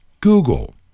Google